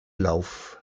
lauf